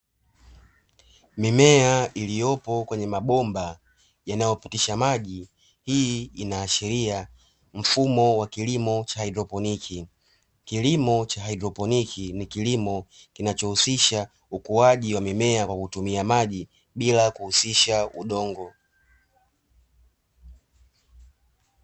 Mimea iliyopo kwenye mabomba yanayopitisha maji hii inaashiria mfumo wa kilimo cha haidroponi, kilimo cha haidroponi ni kilimo kinachohusisha ukuaji wa mimea kwa kutumia maji bila kutumia udongo.